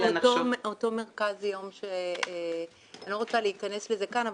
אלא נחשוב --- אני לא רוצה להיכנס לזה כאן,